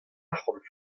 arcʼhant